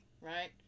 Right